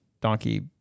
donkey